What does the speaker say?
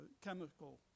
chemical